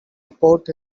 report